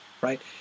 right